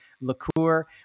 liqueur